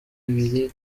ibiri